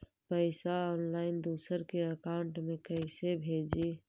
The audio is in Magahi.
पैसा ऑनलाइन दूसरा के अकाउंट में कैसे भेजी?